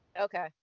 okay